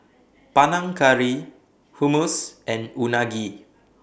Panang Curry Hummus and Unagi